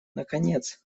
наконец